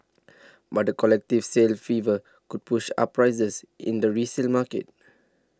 but the collective sale fever could push up prices in the resale market